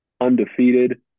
undefeated